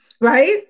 Right